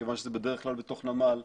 מכיוון שזה בדרך כלל בתוך נמל,